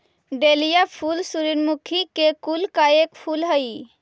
dahlia फूल सूर्यमुखी के कुल का एक फूल हई